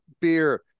beer